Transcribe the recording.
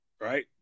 right